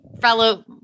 fellow